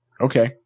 Okay